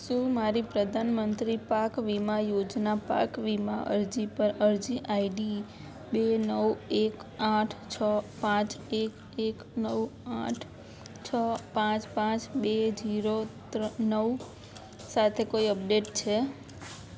શું મારી પ્રધાનમંત્રી પાક વીમા યોજના પાક વીમા અરજી પર અરજી આઈડી બે નવ એક આઠ છ પાંચ એક એક નવ આઠ છ પાંચ પાંચ બે ઝીરો ત્રણ નવ સાથે કોઈ અપડેટ છે